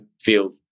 feel